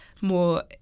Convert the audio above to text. more